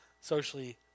socially